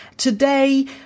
today